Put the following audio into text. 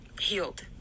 healed